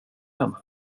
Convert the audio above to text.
hem